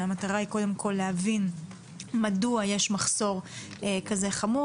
המטרה היא קודם כל להבין מדוע יש מחסור כזה חמור,